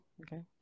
okay